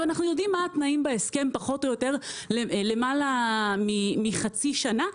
אנחנו יודעים מה התנאים בהסכם פחות או יותר למעלה מחצי שנה,